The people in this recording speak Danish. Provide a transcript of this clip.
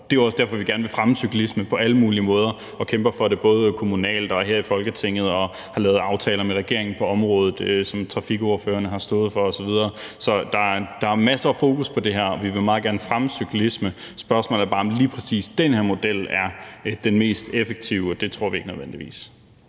Det er også derfor, vi gerne vil fremme cyklisme på alle mulige måder og kæmper for det både kommunalt og her i Folketinget, og at vi på området har lavet aftaler med regeringen, som trafikordførerne har stået for osv. Så der er masser af fokus på det her, og vi vil meget gerne fremme cyklisme. Spørgsmålet er bare, om lige præcis den her model er den mest effektive. Og det tror vi ikke nødvendigvis.